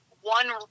one